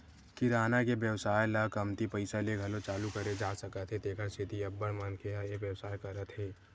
किराना के बेवसाय ल कमती पइसा ले घलो चालू करे जा सकत हे तेखर सेती अब्बड़ मनखे ह ए बेवसाय करत हे